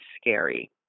scary